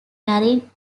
marrying